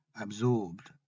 absorbed